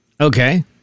Okay